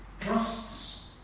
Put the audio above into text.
trusts